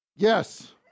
Yes